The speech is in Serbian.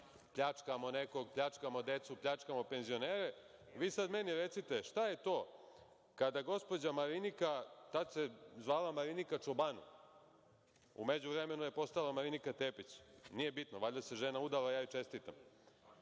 pljačkamo nekog, pljačkamo decu, pljačkamo penzionere. Vi sada meni recite - šta je to kada gospođa Marinika, tada se zvala Marinika Čobanu, u međuvremenu je postala Marinika Tepić, nije bitno, valjda se žena udala, ja joj čestitam,